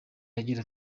agira